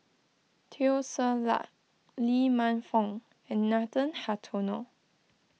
Teo Ser Luck Lee Man Fong and Nathan Hartono